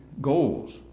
goals